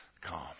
calm